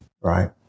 Right